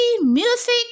music